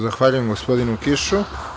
Zahvaljujem gospodinu Kišu.